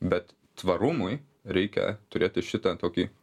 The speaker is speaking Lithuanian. bet tvarumui reikia turėti šitą tokį